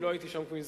כי לא הייתי שם מזמן,